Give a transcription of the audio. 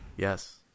Yes